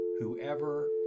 whoever